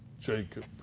Jacob